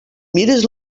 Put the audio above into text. mires